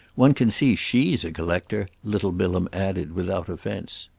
one can see she's a collector, little bilham added without offence.